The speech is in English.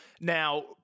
Now